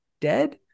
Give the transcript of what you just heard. dead